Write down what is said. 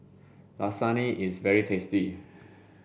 Lasagne is very tasty